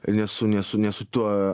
nesu nesu nesu tuo